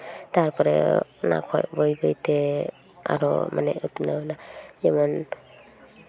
ᱛᱟᱨᱯᱚᱨ ᱚᱱᱟ ᱠᱷᱚᱡ ᱵᱟᱹᱭ ᱵᱟᱹᱭ ᱛᱮ ᱟᱨᱚ ᱢᱟᱱᱮ ᱩᱛᱱᱟᱹᱣ ᱮᱱᱟ ᱡᱮᱢᱚᱱ